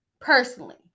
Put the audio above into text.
personally